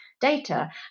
data